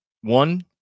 One